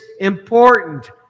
important